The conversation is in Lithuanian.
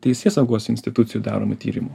teisėsaugos institucijų daromų tyrimų